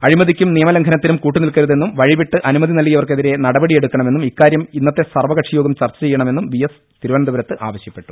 അഴിമതിയ്ക്കും നിയമലംഘ നത്തിനും കൂട്ടുനിൽക്കരുതെന്നും വഴിവിട്ട് അനുമതി നൽകി യവർക്കെതിരെ നടപടിയെടുക്കണമെന്നും ഇക്കാര്യം ഇന്നത്തെ സർവകക്ഷിയോഗം ചർച്ച ചെയ്യണമെന്നും വി എസ് തിരുവനന്തപുരത്ത് ആവശ്യപ്പെട്ടു